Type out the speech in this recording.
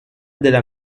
della